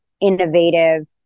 innovative